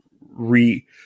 re